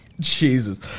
Jesus